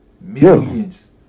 millions